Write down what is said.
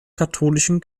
katholischen